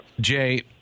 Jay